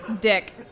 dick